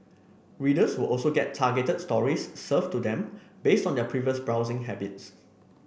readers will also get targeted stories served to them based on their previous browsing habits